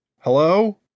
Hello